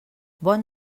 bon